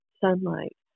sunlight